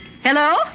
Hello